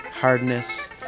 hardness